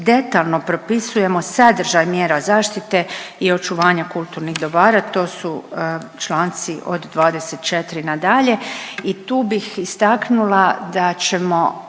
detaljno propisujemo sadržaj mjera zaštite i očuvanja kulturnih dobara, to su članci od 24 nadalje i tu bih istaknula da ćemo